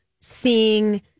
seeing